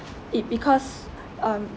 it because um